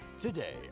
Today